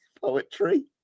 poetry